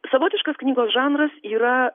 savotiškas knygos žanras yra